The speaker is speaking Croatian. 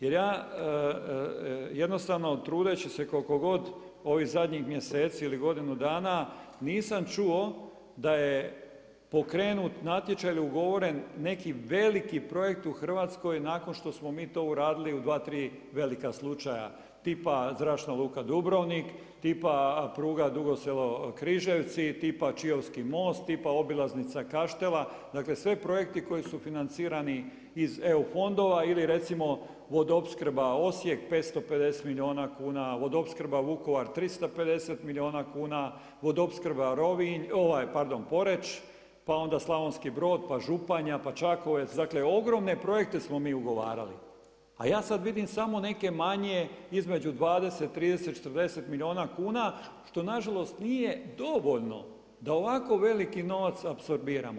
Jer ja trudeći se koliko god ovih zadnjih mjeseci ili godinu dana nisam čuo da je pokrenut natječaj ili ugovoren neki veliki projekt u Hrvatskoj nakon što smo mi to uradili u dva, tri velika slučaja tih Zračna luka Dubrovnik, tima pruga Dugo Selo-Križevci, tipa Čiovski most, tipa obilaznica Kaštela dakle sve projekti koji su financirani iz eu fondova ili recimo Vodoopskrba Osijek 550 milijuna kuna, Vodoopskrba Vukovar 350 milijuna kuna, Vodoopskrba Poreč, pa Slavonski Brod, pa Županja, pa Čakovec dakle ogromne projekte smo mi ugovarali, a ja sada vidim samo neke manje između 20, 30, 40 milijuna kuna što nažalost nije dovoljno da ovako veliki novac apsorbiramo.